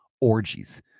Orgies